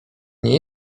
nie